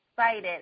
excited